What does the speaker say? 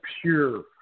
pure